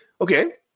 Okay